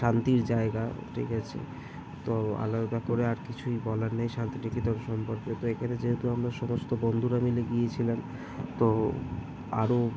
শান্তির জায়গা ঠিক আছে তো আলাদা করে আর কিছুই বলার নেই শান্তিনিকেতন সম্পর্কে তো এখানে যেহেতু আমরা সমস্ত বন্ধুরা মিলে গিয়েছিলাম তো আরো